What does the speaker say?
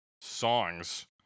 Songs